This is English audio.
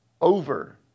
over